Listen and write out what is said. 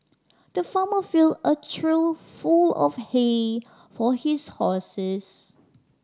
the farmer filled a trough full of hay for his horses